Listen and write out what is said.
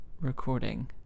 recording